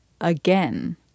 again